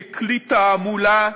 ככלי תעמולה.